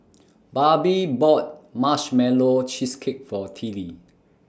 Barbie bought Marshmallow Cheesecake For Tillie